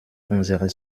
unsere